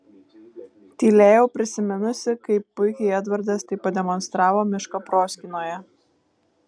tylėjau prisiminusi kaip puikiai edvardas tai pademonstravo miško proskynoje